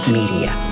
media